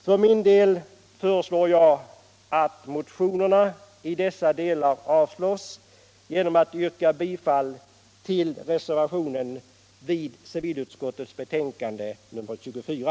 För min del föreslår jag att motionerna i dessa delar avslås och yrkar bifall till reservationen vid civilutskottets betänkande nr 24.